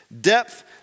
Depth